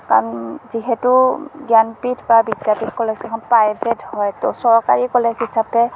কাৰণ যিহেতু জ্ঞানপীঠ বা বিদ্যাপীঠ কলেজ কেইখন পাইভেট হয় ত' চৰকাৰী কলেজ হিচাপে